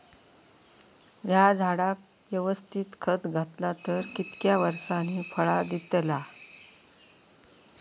हया झाडाक यवस्तित खत घातला तर कितक्या वरसांनी फळा दीताला?